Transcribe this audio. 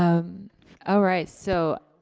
um all right, so,